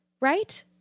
Right